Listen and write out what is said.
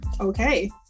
Okay